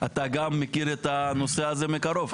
אתה גם מכיר את הנושא הזה מקרוב,